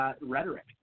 rhetoric